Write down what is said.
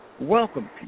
Welcome